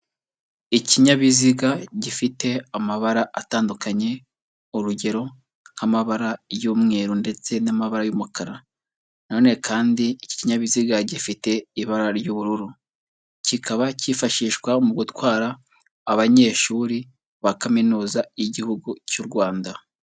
Ikinyabiziga gifite amabara atandukanye urugero nk'amabara y'umweru ndetse n'amabara y'umukara, na none kandi iki kinyabiziga gifite ibara ry'ubururu, kikaba cyifashishwa mu gutwara abanyeshuri ba Kaminuza y'Igihugu cy'u Rwanda.